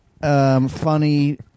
funny